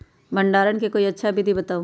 भंडारण के कोई अच्छा विधि बताउ?